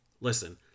Listen